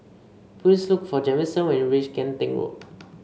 please look for Jamison when you reach Kian Teck Road